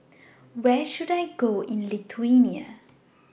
Where should I Go in Lithuania